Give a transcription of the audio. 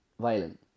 violin